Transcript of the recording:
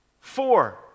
Four